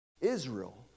Israel